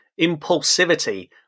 impulsivity